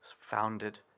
founded